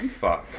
fuck